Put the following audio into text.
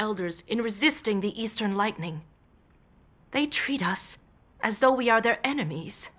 elders in resisting the eastern lightning they treat us as though we are their enemies